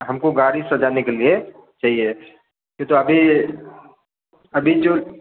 हम को गाड़ी सजाने के लिए चाहीये किंतु अभी अभी जो